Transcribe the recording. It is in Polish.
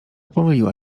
pomyliła